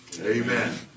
Amen